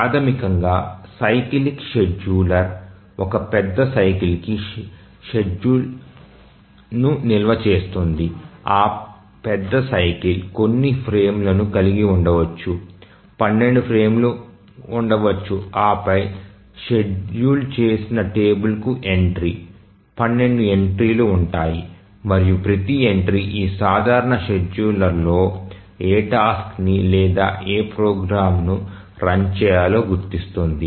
ప్రాథమికంగా cyclic scheduler ఒక పెద్ద సైకిల్ కి షెడ్యూల్ ను నిల్వ చేస్తుంది ఆ పెద్ద సైకిల్ కొన్ని ఫ్రేమ్లను కలిగి ఉండవచ్చు 12 ఫ్రేమ్లు ఉండవచ్చు ఆ పై షెడ్యూల్ చేసిన టేబుల్కు ఎంట్రీ 12 ఎంట్రీలు ఉంటాయి మరియు ప్రతి ఎంట్రీ ఈ సాధారణ షెడ్యూలర్లలో ఏ టాస్క్ ని లేదా ఏ ప్రోగ్రామ్ను రన్ చేయాలో గుర్తిస్తుంది